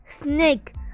snake